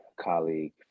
colleague